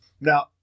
Now